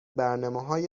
برنامههای